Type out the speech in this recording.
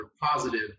positive